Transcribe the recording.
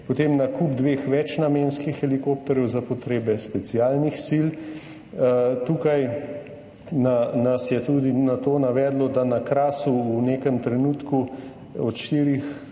Potem nakup dveh večnamenskih helikopterjev za potrebe specialnih sil. Tukaj nas je tudi na to navedlo, da na Krasu v nekem trenutku od štirih